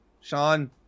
Sean